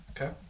Okay